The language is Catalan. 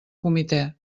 comitè